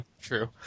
true